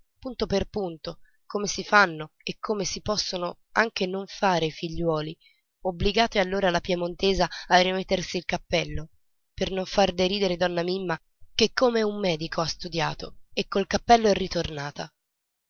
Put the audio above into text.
punto per punto come si fanno e come si possono anche non fare i figliuoli obbligate allora la piemontesa a rimettersi il cappello per non far deridere donna mimma che come un medico ha studiato e col cappello è ritornata